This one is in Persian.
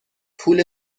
پول